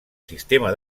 sistema